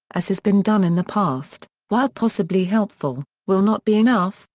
as has been done in the past, while possibly helpful, will not be enough,